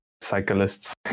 cyclists